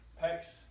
pecs